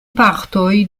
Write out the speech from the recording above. partoj